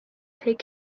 take